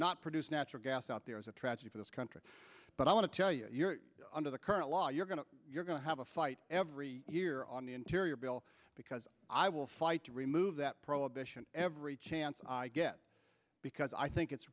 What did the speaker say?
not produce natural gas out there is a tragedy for this country but i want to tell you you're under the current law you're going to you're going to have a fight every year on the interior bill because i will fight to remove that prohibition every chance i get because i think it's